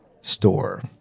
store